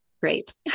great